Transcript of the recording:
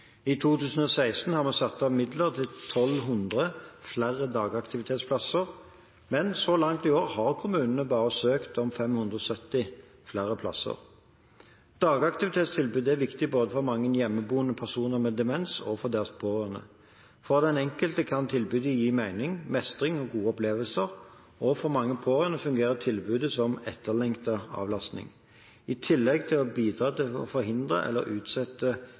I 2016 har vi satt av midler til 1 200 flere dagaktivitetsplasser, men så langt i år har kommunene bare søkt om 570 flere plasser. Dagaktivitetstilbud er viktig både for mange hjemmeboende personer med demens og for deres pårørende. For den enkelte kan tilbudet gi mening, mestring og gode opplevelser, og for mange pårørende fungerer tilbudet som etterlengtet avlastning, i tillegg til å bidra til å forhindre eller utsette